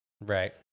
right